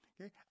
Okay